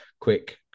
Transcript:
Quick